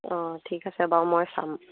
অঁ ঠিক আছে বাৰু মই চাম